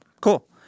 cool